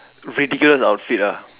ridiculous outfit ah